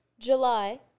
July